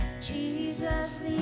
Jesus